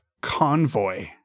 convoy